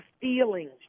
feelings